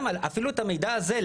אפילו את המידע הזה ,